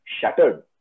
Shattered